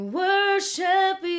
worship